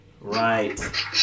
Right